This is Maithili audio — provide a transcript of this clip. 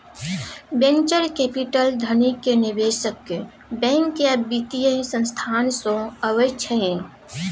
बेंचर कैपिटल धनिक निबेशक, बैंक या बित्तीय संस्थान सँ अबै छै